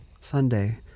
Sunday